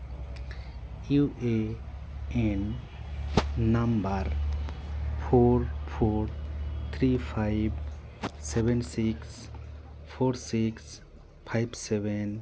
U A N number four four three five seven six four six five seven